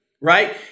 right